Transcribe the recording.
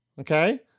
Okay